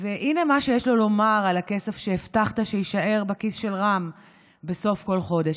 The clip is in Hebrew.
והינה מה שיש לו לומר על הכסף שהבטחת שיישאר בכיס של רם בסוף כל חודש.